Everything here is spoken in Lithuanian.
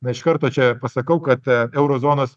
na iš karto čia pasakau kad a euro zonos